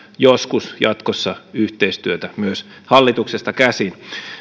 joskus jatkossa yhteistyötä myös hallituksesta käsin